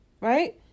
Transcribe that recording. right